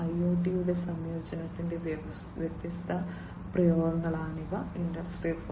IoT യുടെ സംയോജനത്തിന്റെ വ്യത്യസ്ത പ്രയോഗങ്ങളാണിവ ഇൻഡസ്ട്രി 4